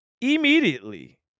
immediately